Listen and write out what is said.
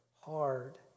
hard